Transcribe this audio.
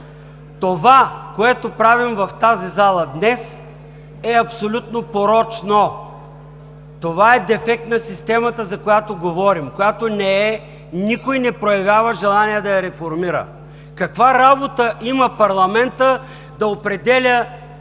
Това, което правим в тази зала днес, е абсолютно порочно! Това е дефект на системата, за която говорим, която никой не проявява желание да реформира. Каква работа има парламентът да определя с какви